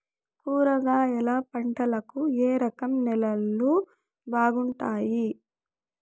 కూరగాయల పంటలకు ఏ రకం నేలలు బాగుంటాయి?